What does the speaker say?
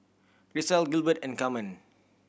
Grisel Gilbert and Camren